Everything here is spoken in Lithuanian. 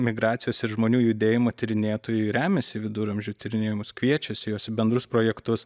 migracijos ir žmonių judėjimo tyrinėtojai remiasi viduramžių tyrinėjimus kviečiasi juos bendrus projektus